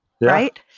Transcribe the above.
Right